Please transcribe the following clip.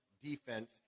defense